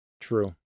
True